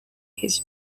his